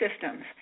systems